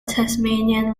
tasmanian